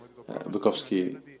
Bukowski